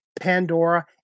Pandora